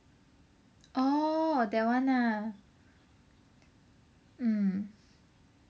oh that one ah mm